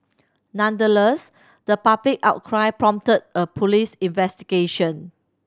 nonetheless the public outcry prompted an police investigation